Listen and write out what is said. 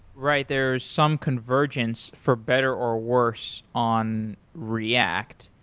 right, there are some convergence for better or worse on react.